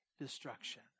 destruction